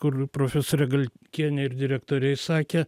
kur profesorė galkienė ir direktoriai sakė